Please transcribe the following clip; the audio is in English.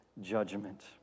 judgment